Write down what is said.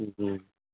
جی